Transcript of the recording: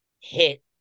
hit